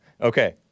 Okay